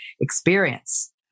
experience